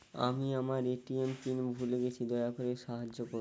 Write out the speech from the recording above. আমি আমার ATM pin ভুলে গেছি, দয়া করে সাহায্য করুন